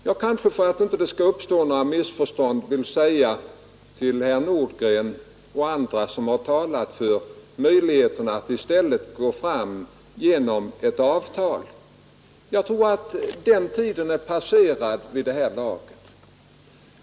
För att det inte skall uppstå några missförstånd vill jag säga till herr Nordgren och andra som har talat för möjligheten att i stället gå fram genom ett avtal, att den tiden nog är passerad vid det här laget.